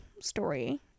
story